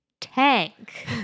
tank